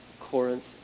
Corinth